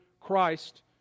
Christ